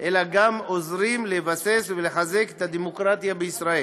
אלא גם עוזרים לבסס ולחזק את הדמוקרטיה בישראל.